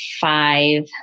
five